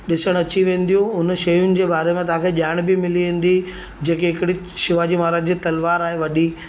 ॾिसणु अची वेंदियूं हुन शयुनि जे बारे में तव्हां खे ॼाण बि मिली वेंदी जेके हिकिड़ी शिवाजी महाराज जी तलवार आहे वॾी